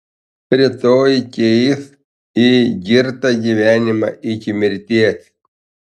rytoj keis į girtą gyvenimą iki mirties